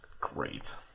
Great